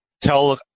tell